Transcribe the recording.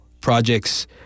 projects